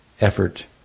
effort